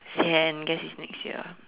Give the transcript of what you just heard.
sian guess it's next year